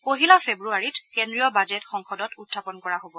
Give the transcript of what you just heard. পহিলা ফেব্ৰুৱাৰীত কেড্ৰীয় বাজেট সংসদত উখাপন কৰা হ'ব